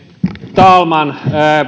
talman